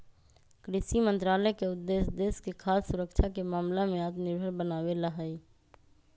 कृषि मंत्रालय के उद्देश्य देश के खाद्य सुरक्षा के मामला में आत्मनिर्भर बनावे ला हई